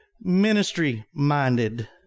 ministry-minded